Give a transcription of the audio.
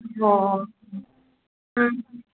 ꯑꯣꯑꯣ ꯎꯝ